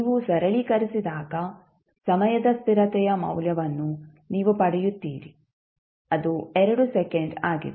ನೀವು ಸರಳೀಕರಿಸಿದಾಗ ಸಮಯದ ಸ್ಥಿರತೆಯ ಮೌಲ್ಯವನ್ನು ನೀವು ಪಡೆಯುತ್ತೀರಿ ಅದು 2 ಸೆಕೆಂಡ್ ಆಗಿದೆ